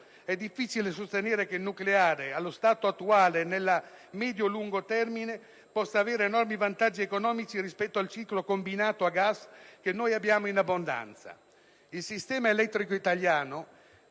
è difficile sostenere che il nucleare, allo stato attuale e nel medio e lungo termine, possa avere enormi vantaggi economici rispetto al ciclo combinato a gas, che noi abbiamo in abbondanza. Il sistema elettrico italiano